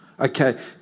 Okay